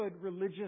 religious